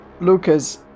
Lucas